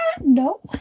no